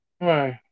Right